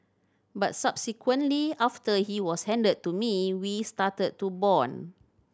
but subsequently after he was handed to me we started to bond